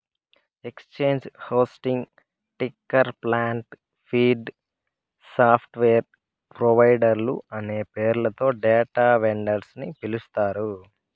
exchange hosting, ticker plant, feed, software ప్రొవైడర్లు అనే పేర్లతో డేటా వెండర్స్ ని పిలుస్తారు